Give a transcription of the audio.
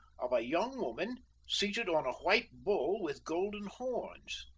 of a young woman seated on a white bull with golden horns.